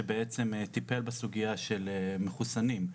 שבעצם טיפל בסוגיה של מחוסנים.